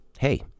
Hey